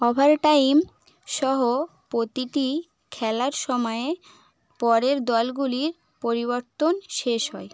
overtime সহ প্রতিটি খেলার সময়ে পরের দলগুলির পরিবর্তন শেষ হয়